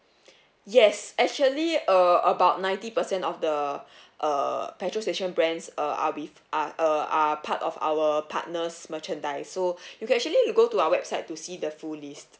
yes actually uh about ninety percent of the uh petrol station brands uh are with are err are part of our partners merchandise so you actually go to our website to see the full list